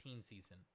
season